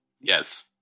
Yes